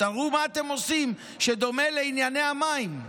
תראו מה אתם עושים שדומה לענייני המים.